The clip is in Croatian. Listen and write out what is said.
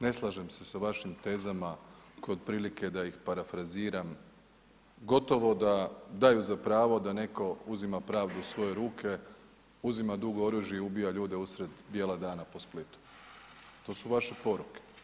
Ne slažem se s vašim tezama kod prilike da ih parafraziram, gotovo da daju za pravo da neko uzima pravdu u svoje ruke, uzima dugo oružje i ubija ljude usred bijela dana po Splitu, to su vaše poruke.